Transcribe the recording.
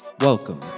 Welcome